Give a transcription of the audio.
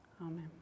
amen